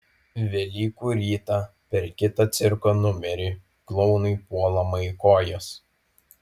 velykų rytą per kitą cirko numerį klounui puolama į kojas